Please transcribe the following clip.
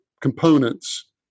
components